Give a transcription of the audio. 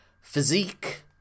physique